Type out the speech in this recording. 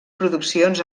produccions